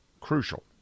crucial